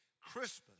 Christmas